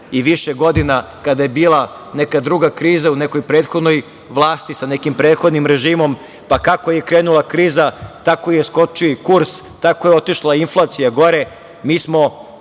i više godina kada je bila neka druga kriza u nekoj prethodnoj vlasti, sa nekim prethodnim režimom, pa kako je krenula kriza, tako je skočio i kurs, tako je otišla inflacija gore.